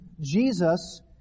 Jesus